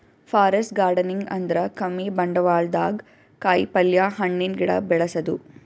forest gardening ಅಂದ್ರ ಕಮ್ಮಿ ಬಂಡ್ವಾಳ್ದಾಗ್ ಕಾಯಿಪಲ್ಯ, ಹಣ್ಣಿನ್ ಗಿಡ ಬೆಳಸದು